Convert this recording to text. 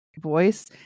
voice